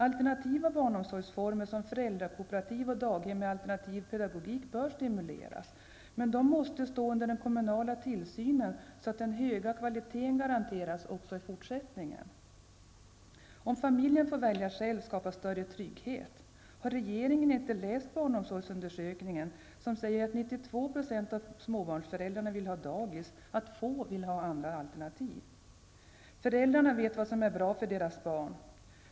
Alternativa barnomsorgsformer som föräldrakooperativ och daghem med alternativ pedagogik bör stimuleras, men de måste stå under den kommunala tillsynen så att den höga kvaliteten garanteras också i fortsättningen. ''Om familjen får välja själv, skapas större trygghet.'' Har regeringen inte läst barnomsorgsundersökningen, som säger att 92 % av småbarnsföräldrarna vill ha dagis och att få vill ha andra alternativ. Föräldrarna vet vad som är bra för deras barn.